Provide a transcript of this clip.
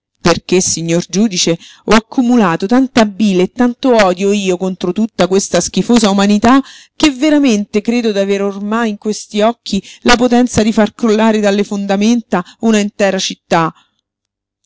salute perché signor giudice ho accumulato tanta bile e tanto odio io contro tutta questa schifosa umanità che veramente credo d'aver ormai in questi occhi la potenza di far crollare dalle fondamenta una intera città